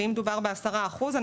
אם מדובר ב-10 אחוזים,